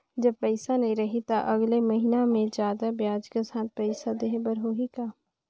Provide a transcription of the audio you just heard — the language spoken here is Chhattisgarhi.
जब पइसा नहीं रही तो अगले महीना मे जादा ब्याज के साथ पइसा देहे बर होहि का?